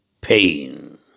pain